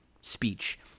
speech